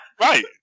Right